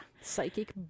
Psychic